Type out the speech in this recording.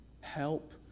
help